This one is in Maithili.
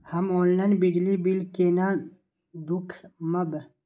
हम ऑनलाईन बिजली बील केना दूखमब?